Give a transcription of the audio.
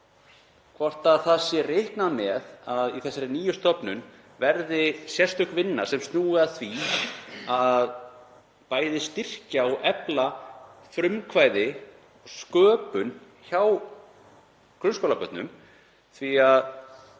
hvort það sé reiknað með að í þessari nýju stofnun verði sérstök vinna sem snúi að því að bæði styrkja og efla frumkvæði og sköpun hjá grunnskólabörnum, því að